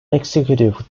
executive